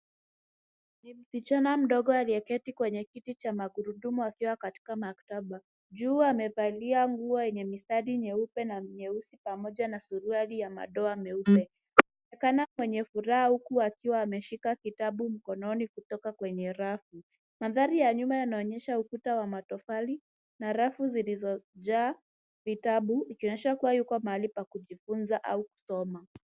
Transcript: Ni msichana mdogo aliyeketi kwenye kiti cha magurudumu akiwa katika maktaba. Juu amevalia nguo yenye mistari nyeupe na nyeusi pamoja na suruali ya madoa meupe. Anaonekana mwenye furaha huku akiwa ameshika kitabu mkononi kutoka kwenye rafu. Mandhari ya nyuma yanaonyesha ukuta wa matofali na rafu zilizojaa vitabu, ikionyesha kuwa yuko mahali pa kujifunza au kusoma.